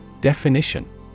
Definition